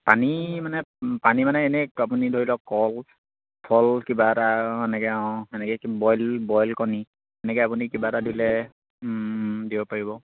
পানী মানে পানী মানে এনেই আপুনি ধৰি লওক কল ফল কিবা এটা এনেকে সেনেকে বইল বইল কণী এনেকে আপুনি কিবা এটা দিলে দিব পাৰিব